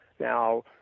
Now